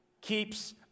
keeps